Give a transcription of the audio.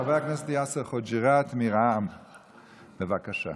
חבר הכנסת יאסר חוג'יראת מרע"מ, בבקשה.